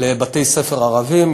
לבתי-ספר ערביים.